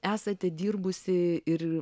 esate dirbusi ir